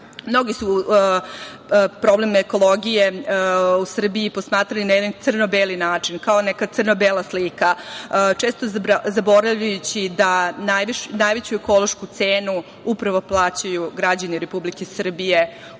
su problem ekologije u Srbiji posmatrali na jedan crno beli način, kao neka crno bela slika, često zaboravljajući da najveću ekološku cenu upravo plaćaju građani Republike Srbije,